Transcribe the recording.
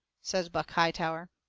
says buck hightower.